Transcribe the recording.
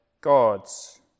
God's